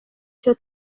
cyo